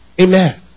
Amen